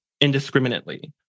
indiscriminately